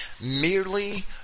merely